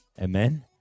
Amen